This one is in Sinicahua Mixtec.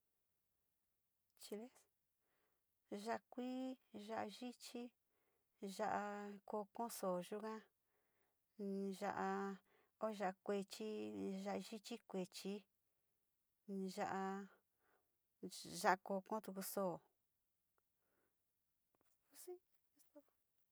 Ya’a kui, yaa yichi, ya’a koko soo yuga, ya’a yaa kuechi, ya’a yichi kueechi, ya’a kokotu soo.